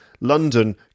London